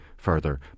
further